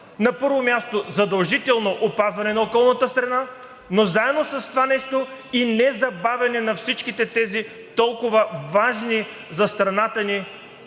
на първо място, задължително опазване на околната среда, но заедно с това и незабавяне на всичките тези толкова важни за страната ни